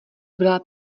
byla